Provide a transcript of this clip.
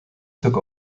took